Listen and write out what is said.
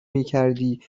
میکردی